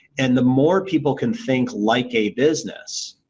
and the more people can think like a business,